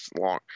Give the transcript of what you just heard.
long